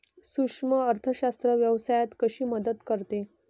सूक्ष्म अर्थशास्त्र व्यवसायात कशी मदत करते?